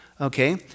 okay